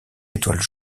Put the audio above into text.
étoiles